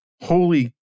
holy